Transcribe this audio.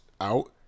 out